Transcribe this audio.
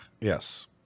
Yes